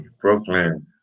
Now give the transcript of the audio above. Brooklyn